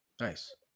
Nice